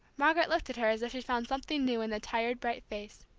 margaret looked at her as if she found something new in the tired, bright face.